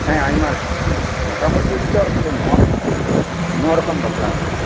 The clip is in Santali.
ᱦᱮᱸ ᱟᱭᱢᱟ ᱨᱚᱠᱚᱢ ᱢᱚᱴᱟ ᱢᱩᱴᱤ ᱱᱤᱛᱚᱜ ᱯᱟᱥᱮ ᱱᱚᱨ ᱱᱚᱨᱚᱠᱚᱢ ᱵᱟᱯᱞᱟ ᱢᱮᱱᱟᱜᱼᱟ